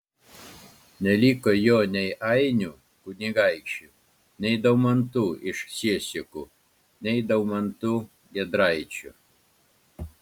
neliko jo nei ainių kunigaikščių nei daumantų iš siesikų nei daumantų giedraičių